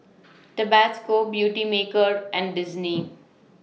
Tabasco Beautymaker and Disney